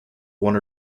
one